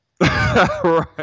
Right